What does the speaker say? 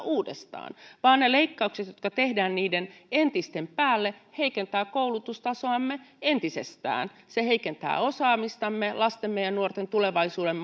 leikata uudestaan vaan ne leikkaukset jotka tehdään niiden entisten päälle heikentävät koulutustasoamme entisestään ja se heikentää osaamistamme lastemme ja nuortemme tulevaisuuden